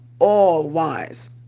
all-wise